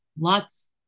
lots